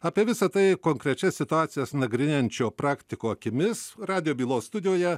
apie visą tai konkrečias situacijas nagrinėjančio praktiko akimis radijo bylos studijoje